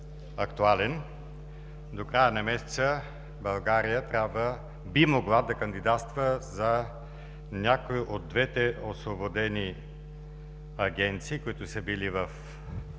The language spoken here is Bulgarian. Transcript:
До края на месеца България би могла да кандидатства за някои от двете освободени агенции, които са били в